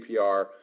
APR